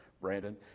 Brandon